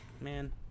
man